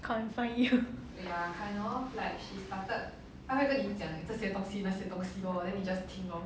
confine you